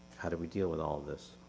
how do we deal with all of this?